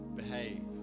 behave